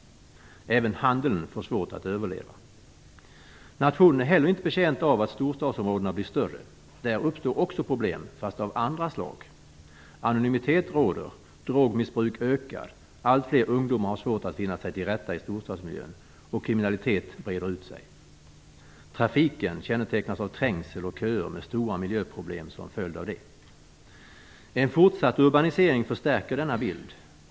Även handeln får svårt att överleva. Nationen är heller inte betjänt av att storstadsområdena blir större. Där uppstår också problem, fast av andra slag. Anonymitet råder, drogmissbruk ökar, allt fler ungdomar har svårt att finna sig till rätta i storstadsmiljön och kriminalitet breder ut sig. Trafiken kännetecknas av trängsel och köer med stora miljöproblem som följd. En fortsatt urbanisering förstärker denna bild.